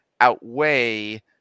outweigh